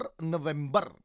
November